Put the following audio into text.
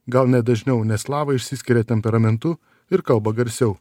gal net dažniau nes slavai išsiskiria temperamentu ir kalba garsiau